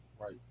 Right